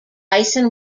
dyson